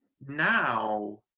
Now